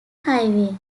highway